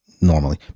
Normally